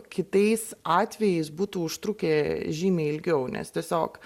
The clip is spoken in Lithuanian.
kitais atvejais būtų užtrukę žymiai ilgiau nes tiesiog